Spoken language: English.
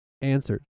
answered